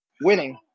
winning